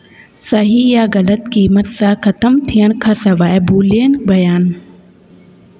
सही या ग़लत क़ीमत सां खतम थियण खां सवाइ बूलियन बयान